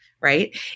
right